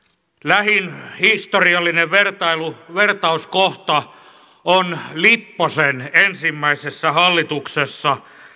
lähin historiallinen vertauskohta on lipposen ensimmäisessä hallituksessa